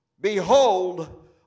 Behold